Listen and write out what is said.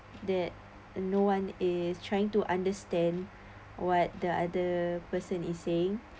that no one is trying to understand what the other person is saying